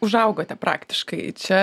užaugote praktiškai čia